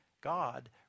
God